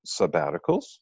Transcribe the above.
sabbaticals